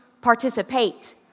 participate